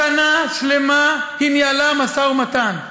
שנה שלמה היא ניהלה משא-ומתן.